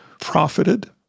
profited